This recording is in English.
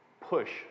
push